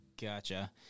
Gotcha